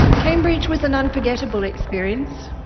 cambridge was an unforgettable experience.